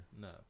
No